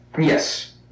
Yes